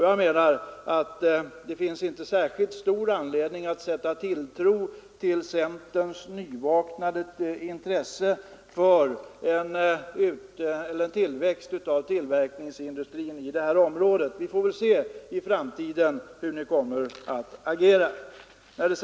Jag menar att det inte finns stor anledning att sätta tilltro till centerns nyvaknade intresse för en tillväxt av tillverkningsindustrin i det här området. Vi får väl se hur ni kommer att agera i framtiden.